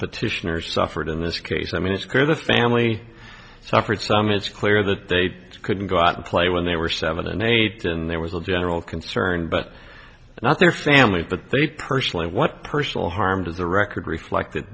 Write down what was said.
petitioners suffered in this case i mean it's clear the family suffered some it's clear that they couldn't go out and play when they were seven and eight and there was a general concern but not their family but they personally what personal harm does the record reflect